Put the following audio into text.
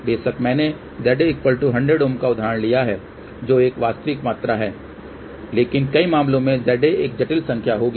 बेशक मैंने ZA 100 Ω का उदाहरण लिया है जो एक वास्तविक मात्रा थी लेकिन कई मामलों में ZA एक जटिल संख्या होगी